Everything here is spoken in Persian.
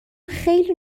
خیلی